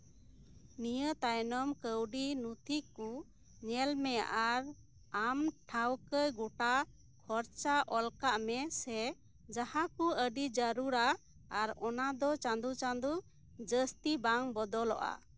ᱱᱤᱭᱟᱹ ᱛᱟᱭᱱᱚᱢ ᱠᱟᱹᱣᱰᱤ ᱱᱩᱛᱷᱤ ᱠᱚ ᱧᱮᱞ ᱢᱮ ᱟᱨ ᱟᱢ ᱴᱷᱟᱹᱣᱠᱟᱹ ᱜᱚᱴᱟ ᱠᱷᱚᱨᱚᱪ ᱚᱞ ᱠᱟᱜ ᱢᱮ ᱥᱮ ᱡᱟᱦᱟᱸ ᱠᱚ ᱟᱹᱰᱤ ᱡᱟᱹᱨᱩᱲᱟ ᱟᱨ ᱚᱱᱟ ᱫᱚ ᱪᱟᱸᱫᱚ ᱪᱟᱸᱫᱚ ᱡᱟᱹᱥᱛᱤ ᱵᱟᱝ ᱵᱚᱫᱚᱞᱚᱜᱼᱟ